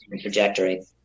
trajectory